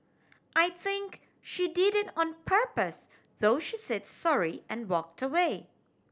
I think she did it on purpose though she said sorry and walked away